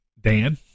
Dan